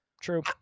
True